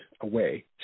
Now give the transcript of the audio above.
away